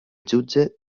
jutge